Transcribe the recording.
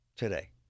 Today